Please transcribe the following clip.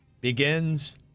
begins